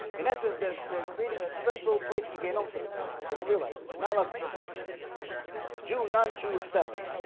in essence that they're creating a special place in gain home for themselves. they don't realize this you're not allowed to do this june on jewett cetera